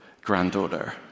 granddaughter